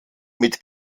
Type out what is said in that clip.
mit